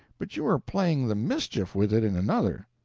but you are playing the mischief with it in another.